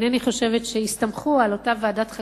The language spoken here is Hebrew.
אינני חושבת שהסתמכו על אותה ועדת חקירה,